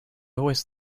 always